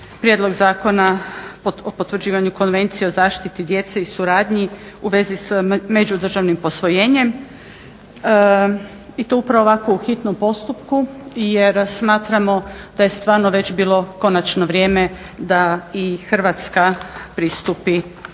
Prijedlog zakona o potvrđivanju Konvencije o zaštiti djece i suradnji u vezi s međudržavnim posvojenjem i to upravo ovako u hitnom postupku, jer smatramo da je stvarno već bilo konačno vrijeme da i Hrvatska pristupi